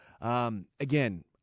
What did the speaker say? Again